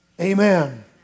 amen